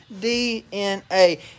DNA